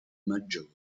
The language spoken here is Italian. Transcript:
maggiori